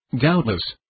doubtless